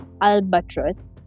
albatross